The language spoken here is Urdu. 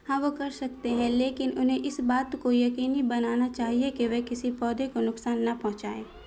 ہاں وہ کر سکتے ہیں لیکن انہیں اس بات کو یقینی بنانا چاہیے کہ وہ کسی پودے کو نقصان نہ پہنچائیں